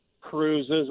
cruises